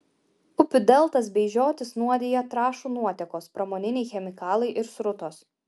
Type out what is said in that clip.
upių deltas bei žiotis nuodija trąšų nuotėkos pramoniniai chemikalai ir srutos